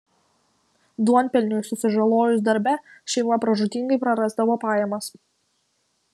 duonpelniui susižalojus darbe šeima pražūtingai prarasdavo pajamas